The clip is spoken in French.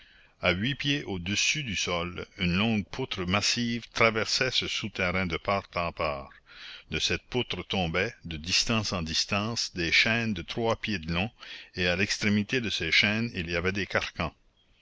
à huit pieds au-dessus du sol une longue poutre massive traversait ce souterrain de part en part de cette poutre tombaient de distance en distance des chaînes de trois pieds de long et à l'extrémité de ces chaînes il y avait des carcans